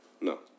No